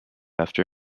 after